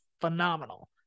phenomenal